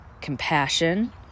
compassion